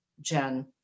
Jen